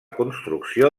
construcció